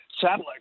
satellite